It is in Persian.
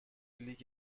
لیگ